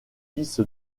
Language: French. fils